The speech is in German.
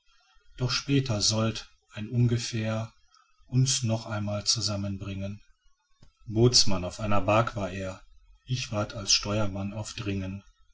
doch später sollt ein ungefähr uns noch einmal zusammenbringen bootsmann auf einer bark war er ich ward als steuermann auf dringen